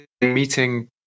meeting